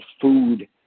food